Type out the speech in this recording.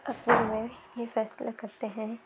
اپنے میں ہی فیصلہ کرتے ہیں